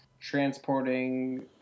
transporting